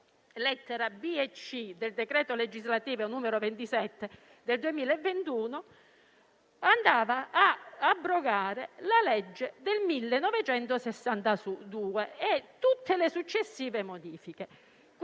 lettere *b)* e *c)* del decreto legislativo n. 27 del 2021 andava a abrogare la legge n. 283 del 1962 e tutte le successive modifiche,